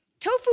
Tofu